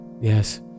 yes